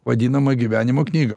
vadinamą gyvenimo knygą